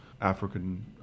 African